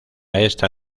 esta